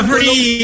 Free